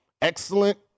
excellent